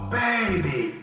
baby